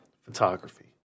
photography